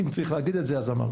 אם צריך להגיד את זה, אז אמרתי.